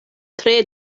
tre